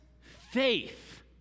faith